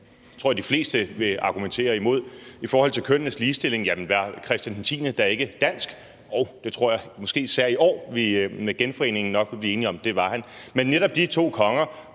Det tror jeg at de fleste vil argumentere imod. I forhold til kønnenes ligestilling: Jamen var Christian X da ikke dansk? Jo, det tror jeg – måske især i år med genforeningen – vi nok kunne blive enige om at han var. Men netop de to konger,